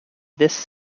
this